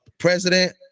president